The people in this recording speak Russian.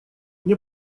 мне